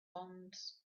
bonds